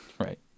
Right